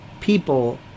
people